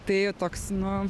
tai toks nu